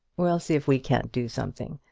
we'll see if we can't do something.